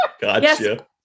Gotcha